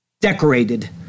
decorated